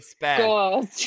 god